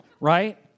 right